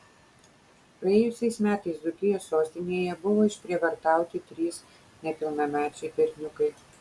praėjusiais metais dzūkijos sostinėje buvo išprievartauti trys nepilnamečiai berniukai